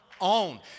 own